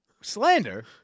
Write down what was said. Slander